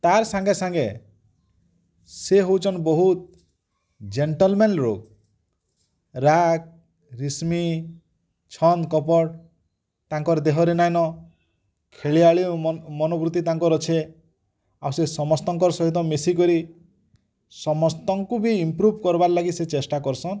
ତାର୍ ସାଙ୍ଗେ ସାଙ୍ଗେ ସିଏ ହଉଛନ୍ ବହୁତ ଯେନ୍ଟେଲ୍ ଲୋକ ରାଗ ରିସିମି ଛମ୍ କପଟ ତାଙ୍କର୍ ଦେହର୍ ନାଇନ୍ ଖେଳାଳି ମନ୍ ମନବୃତ୍ତି ତାଙ୍କର୍ ଅଛେ ଆଉ ସେ ସମସ୍ତଙ୍କ ସହ ମିଶିକରି ସମସ୍ତଙ୍କୁ ବି ସେ ଇଂପ୍ରୋବ୍ କରିବାର୍ ଲାଗି ବି ସେ ଚେଷ୍ଟା କରିସନ୍